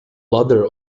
ladder